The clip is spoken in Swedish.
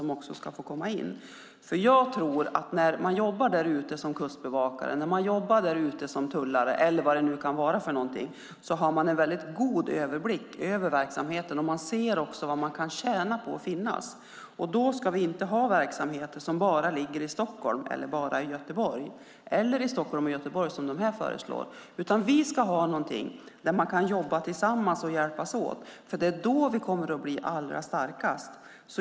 Jag tror nämligen att när man jobbar där ute som kustbevakare, tullare eller vad det nu kan vara för någonting så har man en väldigt god överblick över verksamheten, och man ser var man kan tjäna på att finnas. Då ska vi inte ha verksamheter som bara ligger i Stockholm eller i Göteborg eller i Stockholm och Göteborg som föreslås här. Vi ska i stället ha någonting där man kan jobba tillsammans och hjälpas åt, för det är då vi kommer att bli allra starkast.